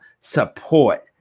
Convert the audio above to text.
support